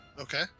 Okay